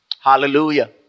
Hallelujah